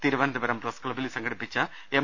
Thiruvananthapuram press ക്ലബിൽ സംഘടിപ്പിച്ച M